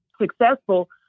successful